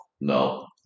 no